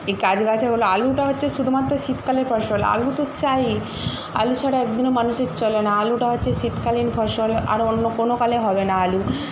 এই গাছ গাছাগুলো আলুটা হচ্ছে শুধুমাত্র শীতকালের ফসল আলু তো চাইই আলু ছাড়া একদিনও মানুষের চলে না আলুটা হচ্ছে শীতকালীন ফসল আরও অন্য কোনো কালে হবে না আলু